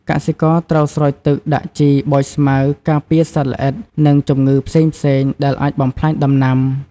កសិករត្រូវស្រោចទឹក ដាក់ជី បោចស្មៅ ការពារសត្វល្អិត និងជំងឺផ្សេងៗ ដែលអាចបំផ្លាញដំណាំ។